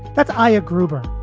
that's ira gruber,